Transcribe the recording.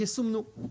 יסומנו.